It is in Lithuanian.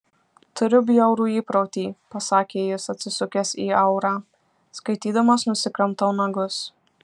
turiu bjaurų įprotį pasakė jis atsisukęs į aurą skaitydamas nusikramtau nagus